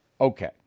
Okay